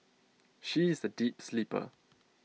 she is A deep sleeper